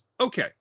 okay